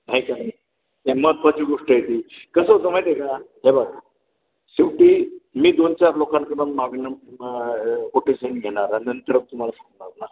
आहे का नाही हे महत्वाची गोष्ट आहे ती कसं होतं माहिती आहे का हे बघ शेवटी मी दोन चार लोकांकडून मागवीन कोटेशन घेणार नंतरच तुम्हाला फोन लावणार